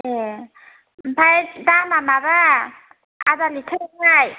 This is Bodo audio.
ए आमफ्राय दामा माबा आदा लिटाराव हाय